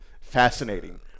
fascinating